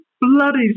bloody